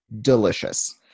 delicious